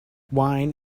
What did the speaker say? wine